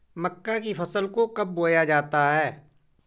मक्का की फसल को कब बोया जाता है?